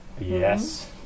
Yes